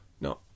No